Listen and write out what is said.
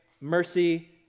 mercy